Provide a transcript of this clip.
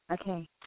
Okay